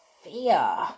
fear